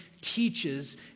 teaches